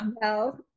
No